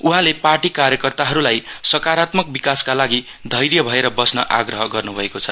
उहाँले पार्टी कार्यकर्ताहरूलाई सकारात्मक विकासका लागि धैर्य भएर बस्न आग्रह गर्नु भएको छ